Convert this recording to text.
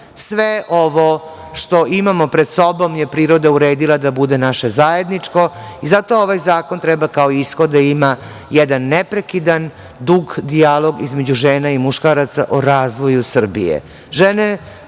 ovo što imamo pred sobom je priroda uredila da bude naše zajedničko i zato ovaj zakon treba kao ishod da ima jedan neprekidan dug dijalog između žena i muškaraca o razvoju Srbije.